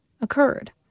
occurred